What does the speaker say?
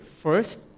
first